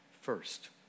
first